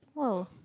!wow!